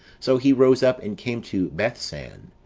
so he rose up and came to bethsan.